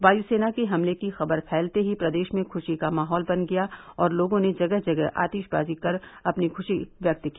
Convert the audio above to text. वायुसेना के हमले की खबर फैलते ही प्रदेश में खुशी का माहौल बन गया और लोगों ने जगह जगह आतिशबाजी कर अपनी ख्शी व्यक्त की